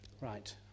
Right